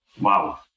Wow